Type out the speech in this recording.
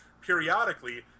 periodically